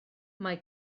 mae